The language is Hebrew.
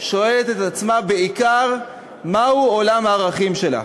שואלת את עצמה בעיקר מהו עולם הערכים שלה.